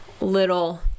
little